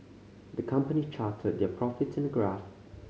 the company charted their profits in a graph